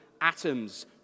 atoms